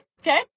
okay